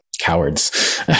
cowards